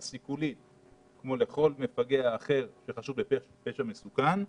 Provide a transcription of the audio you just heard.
כמו לכל מפגע אחר שחשוד בפשע מסוכן,